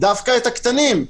דווקא את הקטנים?